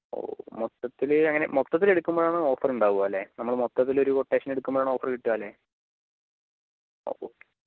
ഓ മൊത്തത്തില് അങ്ങനെ മൊത്തത്തില് എടുക്കുമ്പോഴാണ് ഓഫർ ഉണ്ടാവുക അല്ലേ നമ്മൾ മൊത്തത്തില് ഒരു കൊട്ടേഷന് എടുക്കുമ്പോൾ ആണ് ഓഫർ കിട്ടുക അല്ലേ ഓ